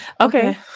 Okay